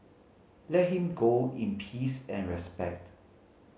let him go in peace and respect